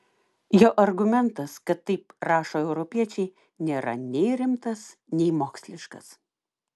jo argumentas kad taip rašo europiečiai nėra nei rimtas nei moksliškas